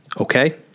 ...okay